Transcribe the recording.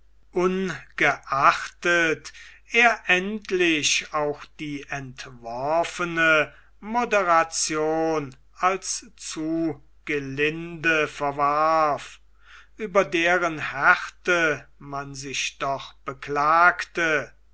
ungeachtet er endlich auch die entworfene moderation als zu gelinde verwarf über deren härte man sich doch beklagte